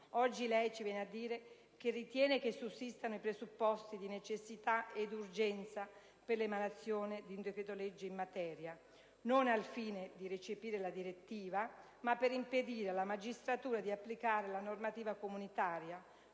Oggi lei ci viene a dire che ritiene che sussistano i presupposti di necessità ed urgenza per l'emanazione di un decreto-legge in materia, non al fine di recepire la direttiva ma per impedire alla magistratura di applicare la normativa comunitaria,